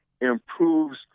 improves